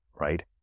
right